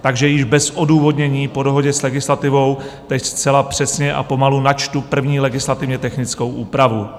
Takže již bez odůvodnění po dohodě s legislativou teď zcela přesně a pomalu načtu první legislativně technickou úpravu.